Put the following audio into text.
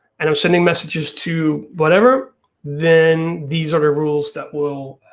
and i'm sending messages to whatever then these are the rules that will